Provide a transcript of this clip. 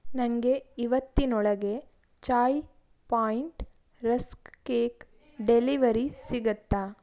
ನನಗೆ ಇವತ್ತಿನೊಳಗೆ Chai Point rusk cake delivery ಸಿಗುತ್ತಾ